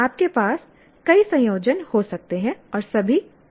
आपके पास कई संयोजन हो सकते हैं और सभी अनुमेय हैं